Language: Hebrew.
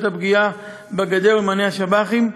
הפגיעה בגדר ומענה לכניסת השב"חים.